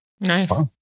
Nice